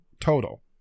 total